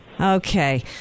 Okay